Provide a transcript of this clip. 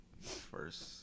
first